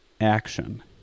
action